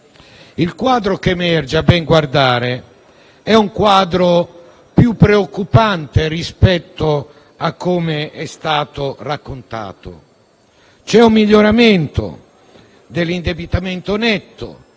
Il quadro che emerge, a ben guardare, è più preoccupante rispetto a com'è stato raccontato: c'è un miglioramento dell'indebitamento netto,